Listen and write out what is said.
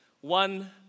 one